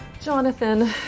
Jonathan